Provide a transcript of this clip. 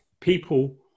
People